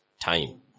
time